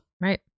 Right